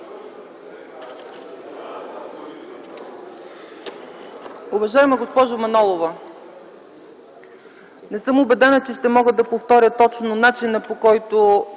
Уважаема госпожо Манолова, не съм убедена, че ще мога да повторя точно начина и